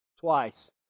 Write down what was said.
Twice